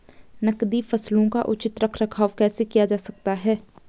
नकदी फसलों का उचित रख रखाव कैसे किया जा सकता है?